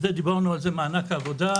דיברנו על זה, מענק עבודה.